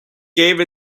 gave